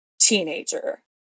teenager